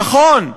נכון,